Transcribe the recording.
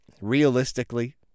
Realistically